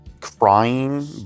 crying